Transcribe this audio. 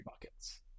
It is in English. buckets